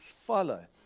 follow